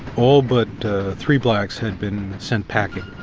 all but three blacks had been sent packing.